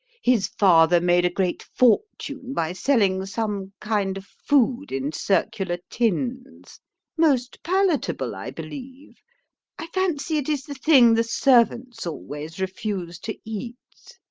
his father made a great fortune by selling some kind of food in circular tins most palatable, i believe i fancy it is the thing the servants always refuse to eat.